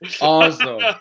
Awesome